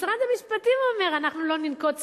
משרד המשפטים אומר: אנחנו לא ננקוט צעדים,